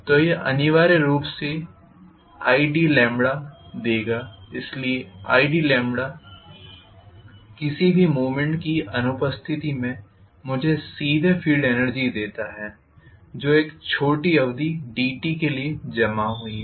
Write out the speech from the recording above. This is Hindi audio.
तो यह मुझे अनिवार्य रूप से id देगा इसलिए id किसी भी मूवमेंट की अनुपस्थिति में मुझे सीधे फील्ड एनर्जी देता है जो एक छोटी अवधि dt के लिए जमा हुई है